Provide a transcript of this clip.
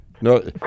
No